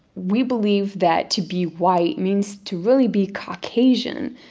we believe that to be white means to really be caucasian.